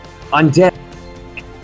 Undead